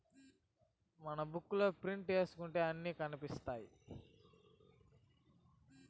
మనం బుక్ లో ప్రింట్ ఏసుకుంటే అన్ని కనిపిత్తాయి